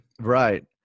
Right